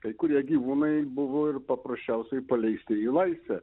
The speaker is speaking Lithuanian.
kai kurie gyvūnai buvo ir paprasčiausiai paleisti į laisvę